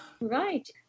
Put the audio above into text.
Right